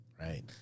Right